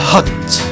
Hunt